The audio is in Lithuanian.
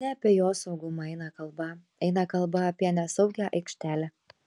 ne apie jos saugumą eina kalba eina kalba apie nesaugią aikštelę